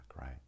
right